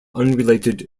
unrelated